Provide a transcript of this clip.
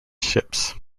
ships